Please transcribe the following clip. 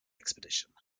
expedition